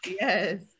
yes